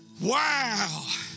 Wow